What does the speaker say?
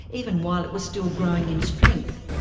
even while it was still growing in strength.